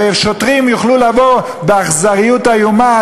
ושוטרים יוכלו לבוא באכזריות איומה,